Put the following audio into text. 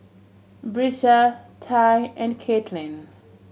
Brisa Tye and Katelyn